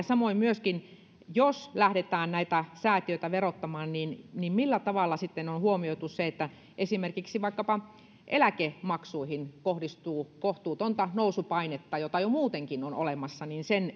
samoin mietin myöskin että jos lähdetään säätiöitä verottamaan niin niin millä tavalla sitten on huomioitu se että esimerkiksi eläkemaksuihin kohdistuu kohtuutonta nousupainetta jota jo muutenkin on olemassa